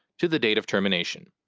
to the date of termination.